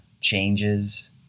changes